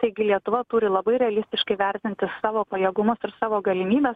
taigi lietuva turi labai realistiškai vertinti savo pajėgumus ir savo galimybes